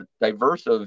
diverse